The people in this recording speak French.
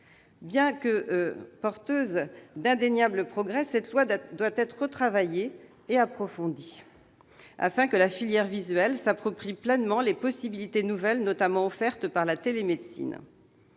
Bien que porteuse d'indéniables progrès, cette loi doit être retravaillée et approfondie, afin que la filière visuelle s'approprie pleinement les possibilités nouvelles offertes, notamment, par la télémédecine.